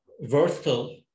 versatile